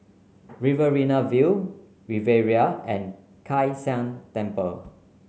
Riverina View Riviera and Kai San Temple